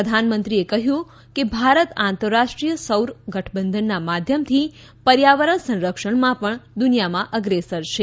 પ્રધાનમંત્રીએ કહ્યું કે ભારત આંતરરાષ્ટ્રીય સૌર ગઠબંધનના માધ્યમથી પર્યાવરણ સંરક્ષણમાં પણ દુનિયામાં અગ્રેસર છે